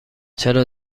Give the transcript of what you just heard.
چرا